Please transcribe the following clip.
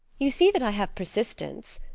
you see that i have persistence.